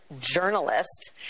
journalist